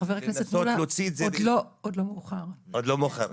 חבר הכנסת מולא, עוד לא מאוחר, עוד לא מאוחר.